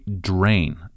drain